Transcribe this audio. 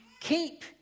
Keep